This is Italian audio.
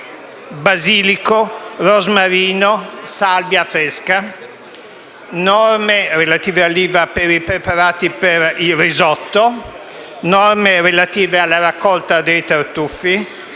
basilico, rosmarino e salvia fresca; norme relative all'IVA per i preparati per il risotto; norme relative alla raccolta dei tartufi